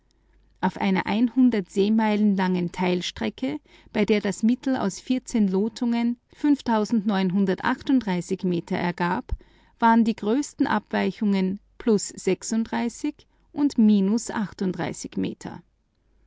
auf einer ein seemeilen langen teilstrecke bei der das mittel aus lot meter ergab waren die größten abweichungen und minus meter